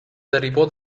derivó